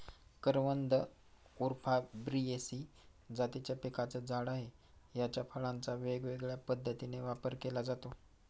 करवंद उफॉर्बियेसी जातीच्या पिकाचं झाड आहे, याच्या फळांचा वेगवेगळ्या पद्धतीने वापर केला जातो